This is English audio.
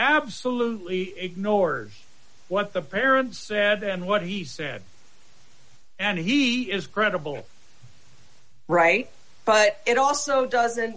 absolutely ignores what the parents said and what he said and he is credible right but it also doesn't